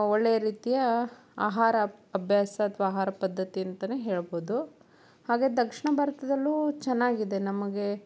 ಒಳ್ಳೆಯ ರೀತಿಯ ಆಹಾರ ಅಭ್ಯಾಸ ಅಥವಾ ಆಹಾರ ಪದ್ದತಿ ಅಂತ ಹೇಳ್ಬೋದು ಹಾಗೆ ದಕ್ಷಿಣ ಭಾರತದಲ್ಲು ಚೆನ್ನಾಗಿದೆ ನಮಗೆ